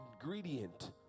ingredient